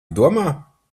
domā